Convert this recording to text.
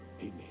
amen